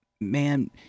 Man